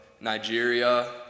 Nigeria